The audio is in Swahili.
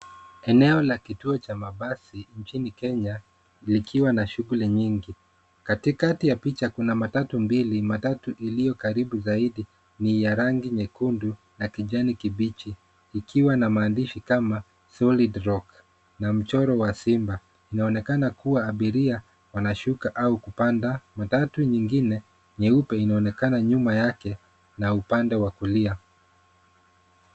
Eneo la kituo cha mabasi nchini Kenya likiwa na mabasi mengi. Katikati ya picha kuna matatu mbili matatu iliyokaribu zaidi ni ya rangi nyekundu na kijani kibichi ikiwa na maandishi kama Solid Rock na mchoro wa simba. Inaonekana kuwa abiria wanashuka au kupanda . Matatu nyingine nyeupe inaonekana nyuma yake na upande wa kulia.